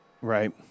Right